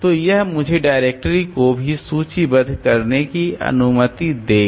तो यह मुझे डायरेक्टरी को भी सूचीबद्ध करने की अनुमति देगा